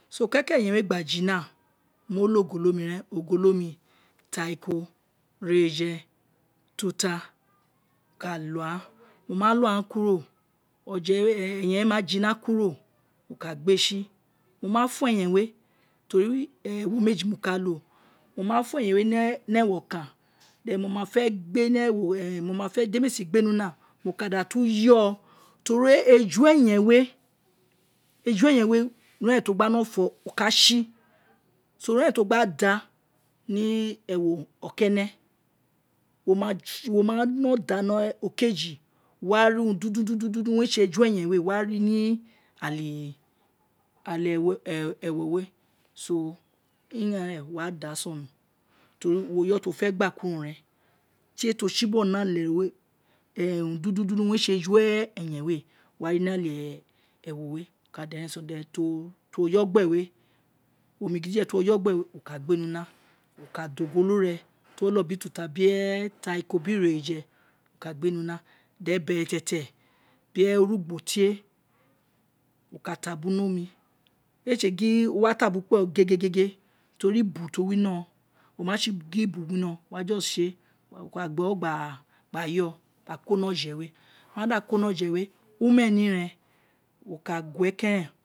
So, keke eyen we gba ji nao lo ogolo mi ren, ogolo mi, atariko, ighe reje, utata mo kalo aghan mo ma lo aghan kuro oje we eyen we ma fo eyen we teri ewo meji mo ka lo, mo ma fo eyen we ni ewo okan, mo ma fe gbe e ni eso di mee sigbe ni una, mo ka datu yoo teri eju eyen we ira eren ti mo gba no fo o ka si, so ira eren ti uwo gba da ni ewe okene mo ma mo da ni okeeji wo wa ri urun dundun orun re se eju eyen ni ale ewo we so ira ren wo wa da a sono teri woyo ti wo fe gbe nino ren tie tio si bogho ni ale use urun dundun owun re se eju eyen we wari ni ale ewo we, wo kada gbee sono, ti wo yo gbe we omo gidje ti woo yo gbe we wo ka gbe ni una, iso ka da ogolo re ti wo lo biri ututa biri atariko biri ighereje wo ka gbe ni una then beletietie biri orugbo tie wo ka tabu kpe o gege tori ibu tio winoghon oma si ibu wo wa just se, wo ka gba ewo gba yoo wo ka ko ni oje we, wo ma da ko ni oje we omeniren wo ka gue ke ren.